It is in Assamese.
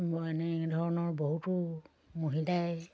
এনেধৰণৰ বহুতো মহিলাই